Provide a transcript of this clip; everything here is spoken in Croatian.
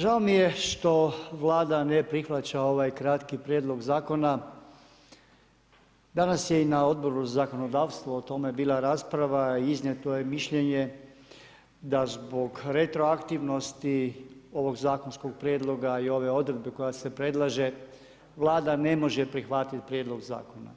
Žao mi je što Vlada ne prihvaća ovaj kratki prijedlog zakona. danas je i na Odboru za zakonodavstvo o tome bila rasprava i iznijeto je mišljenje da zbog retroaktivnosti ovog zakonskog prijedloga i ove odredbe koja se predlaže Vlada ne može prihvatiti prijedlog zakona.